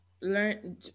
learn